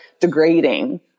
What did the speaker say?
degrading